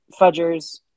fudgers